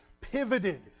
pivoted